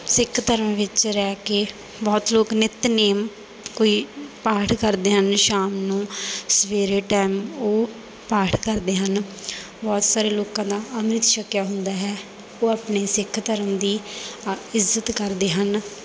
ਸਿੱਖ ਧਰਮ ਵਿੱਚ ਰਹਿ ਕੇ ਬਹੁਤ ਲੋਕ ਨਿਤਨੇਮ ਕੋਈ ਪਾਠ ਕਰਦੇ ਹਨ ਸ਼ਾਮ ਨੂੰ ਸਵੇਰੇ ਟੈਮ ਉਹ ਪਾਠ ਕਰਦੇ ਹਨ ਬਹੁਤ ਸਾਰੇ ਲੋਕਾਂ ਦਾ ਅੰਮ੍ਰਿਤ ਛਕਿਆ ਹੁੰਦਾ ਹੈ ਉਹ ਆਪਣੇ ਸਿੱਖ ਧਰਮ ਦੀ ਇੱਜ਼ਤ ਕਰਦੇ ਹਨ